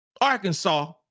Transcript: Arkansas